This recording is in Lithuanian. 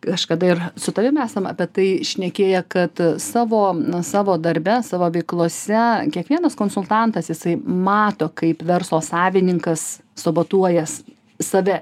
kažkada ir su tavim esam apie tai šnekėję kad savo na savo darbe savo veiklose kiekvienas konsultantas jisai mato kaip verslo savininkas sabotuojąs save